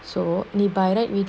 so eh by right நீபாரு:nee paru